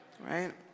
Right